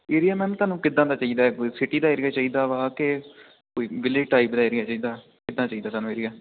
area ma'am ਤੁਹਾਨੂੰ ਕਿੱਦਾਂ ਦਾ ਚਾਹੀਦਾ ਕੋਈ ਸਿਟੀ ਦਾ ਏਰੀਆ ਚਾਹੀਦਾ ਵਾ ਕਿ ਕੋਈ ਵਿਲੇਜ ਟਾਈਪ ਦਾ ਏਰੀਆ ਚਾਹੀਦਾ ਕਿੱਦਾਂ ਦਾ ਚਾਹੀਦਾ ਤੁਹਾਨੂੰ ਏਰੀਆ